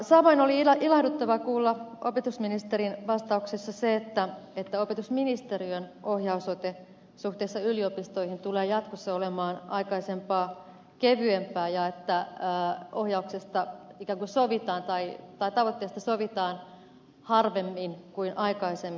samoin oli ilahduttavaa kuulla opetusministerin vastauksesta se että opetusministeriön ohjausote suhteessa yliopistoihin tulee jatkossa olemaan aikaisempaa kevyempää ja että tavoitteesta sovitaan harvemmin kuin aikaisemmin